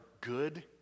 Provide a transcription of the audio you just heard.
good